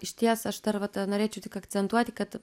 išties aš dar vat norėčiau tik akcentuoti kad